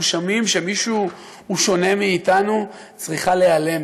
שומעים שמישהו שונה מאתנו צריכה להיעלם.